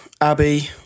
Abby